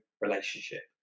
relationship